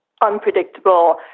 unpredictable